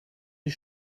die